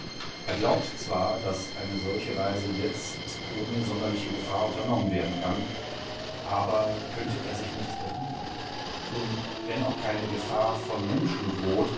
er glaubt zwar daß eine solche reise jetzt ohne sonderliche gefahr unternommen werden kann aber könnte er sich nicht irren und wenn auch keine gefahr von menschen droht